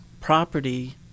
property